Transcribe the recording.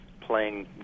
playing